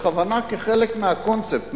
בכוונה כחלק מהקונספט,